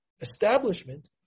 establishment